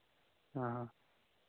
हाँ हाँ